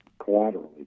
collaterally